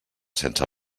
sense